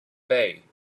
bay